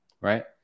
right